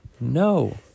No